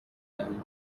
تعیین